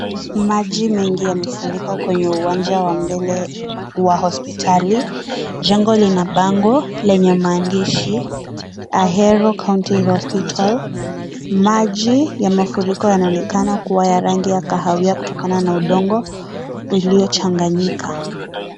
Maji mengi yamefurika kwenye uwanja wa mbele wa hospitali. Jengo lina bango lenye maandishi "Ahero county hospital". Maji ya mafuriko yanaonekana kuwa ya rangi ya kahawia , kutokana na udongo iliyochanganyika.